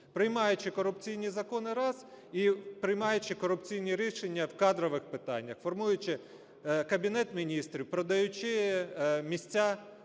Приймаючи корупційні закони – раз, і приймаючи корупційні рішення в кадрових питаннях, формуючи Кабінет Міністрів, продаючи місця